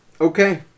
Okay